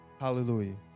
Hallelujah